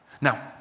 Now